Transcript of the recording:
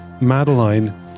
madeline